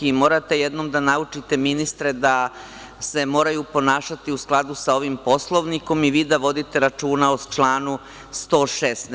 Morate jednom da naučite ministre da se moraju ponašati u skladu sa ovim Poslovnikom i vi da vodite računa o članu 116.